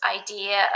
idea